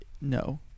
no